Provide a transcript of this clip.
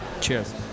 cheers